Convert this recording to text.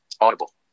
Audible